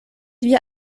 via